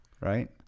Right